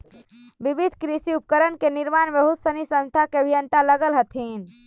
विविध कृषि उपकरण के निर्माण में बहुत सनी संस्था के अभियंता लगल हथिन